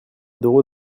d’euros